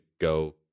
go